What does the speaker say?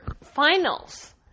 finals